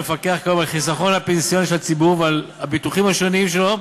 שמפקח כיום על החיסכון הפנסיוני של הציבור ועל הביטוחים השונים שלו,